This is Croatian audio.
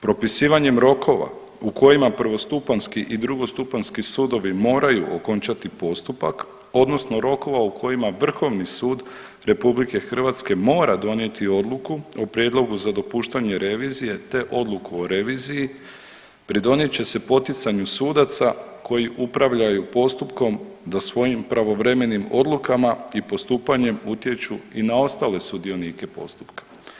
Propisivanjem rokova u kojima prvostupanjski i drugostupanjski sudovi moraju okončati postupak odnosno rokova u kojima Vrhovni sud RH mora donijeti odluku o prijedlogu za dopuštanje revizije te odluku o reviziji pridonijet će se poticanju sudaca koji upravljaju postupkom da svojim pravovremenim odlukama i postupanjem utječu i ostale sudionike postupka.